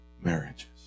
marriages